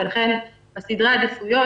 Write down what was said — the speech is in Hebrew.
לכן בסדרי העדיפויות,